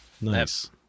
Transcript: nice